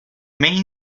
maine